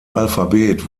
alphabet